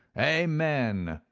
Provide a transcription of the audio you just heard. amen!